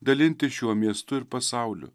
dalintis šiuo miestu ir pasauliu